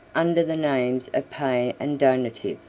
under the names of pay and donative.